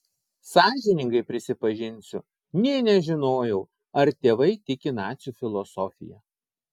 sąžiningai prisipažinsiu nė nežinojau ar tėvai tiki nacių filosofija